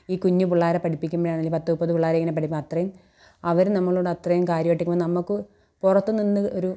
ഈ കുഞ്ഞു പിള്ളേരെ പഠിപ്പിക്കുമ്പോഴാണെങ്കിലും പത്ത് മുപ്പത് പിള്ളാരിങ്ങനെ പഠിക്കുമ്പോൾ അത്രയും അവർ നമ്മളോട് അത്രയും കാര്യമായിട്ടിരിക്കുമ്പോൾ നമുക്ക് പുറത്തു നിന്ന് ഒരു